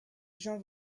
jean